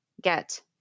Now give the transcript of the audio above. get